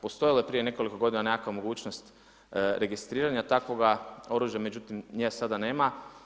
Postojala je prije nekoliko godina nekakva mogućnost registriranja takvoga oružja, međutim, nje sada nema.